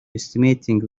estimating